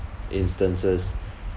instances